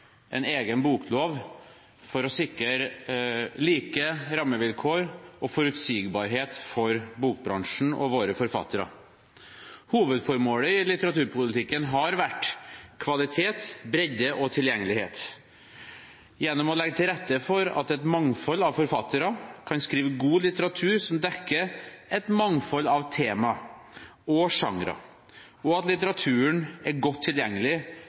en egen boklov for å sikre like rammevilkår og forutsigbarhet for bokbransjen og våre forfattere. Hovedformålet i litteraturpolitikken har vært kvalitet, bredde og tilgjengelighet. Å legge til rette for at et mangfold av forfattere kan skrive god litteratur som dekker et mangfold av temaer og genrer og at litteraturen er godt tilgjengelig